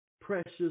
precious